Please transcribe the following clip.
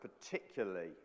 particularly